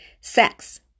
sex